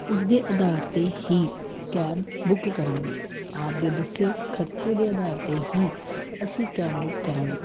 ਉਸਦੇ ਅਧਾਰ 'ਤੇ ਹੀ ਕੈਬ ਬੁੱਕ ਕਰਾਂਗੇ ਆਪਦੇ ਦੱਸੇ ਖਰਚੇ ਦੇ ਅਧਾਰ 'ਤੇ ਹੀ ਅਸੀਂ ਕੈਬ ਬੁੱਕ ਕਰਾਂਗੇ